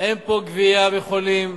אין פה גבייה מחולים.